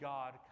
God